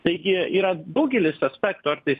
taigi yra daugelis aspektų ar tai